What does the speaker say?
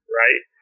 right